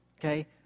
okay